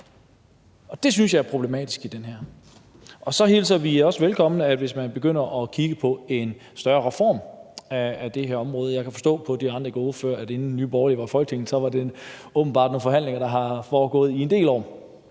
tænder, synes jeg er problematisk i det her. Så hilser vi også velkommen, hvis man begynder at kigge på en større reform af det her område. Jeg kan forstå på de andre ordførere, at det, inden Nye Borgerlige kom i Folketinget, så åbenbart var nogle forhandlinger, der havde foregået i en del år,